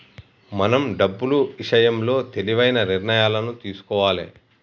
మనం డబ్బులు ఇషయంలో తెలివైన నిర్ణయాలను తీసుకోవాలే